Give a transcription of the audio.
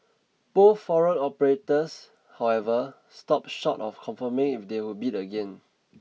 both foreign operators however stopped short of confirming if they would bid again